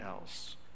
else